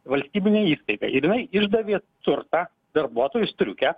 valstybinė įstaiga ir jinai išdavė turtą darbuotojui striukę